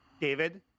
David